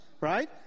right